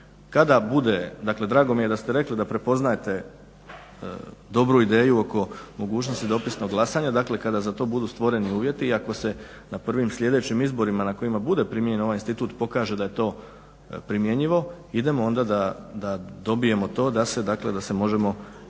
Kada bude, dakle drago mi je da ste rekli da prepoznajete dobru ideju oko mogućnosti dopisnog glasanja, dakle kada za to budu stvoreni uvjeti i ako se na prvim sljedećim izborima na kojima bude primijenjen ovaj institut pokaže da je to primjenjivo idemo onda da dobijemo to da se može dopisno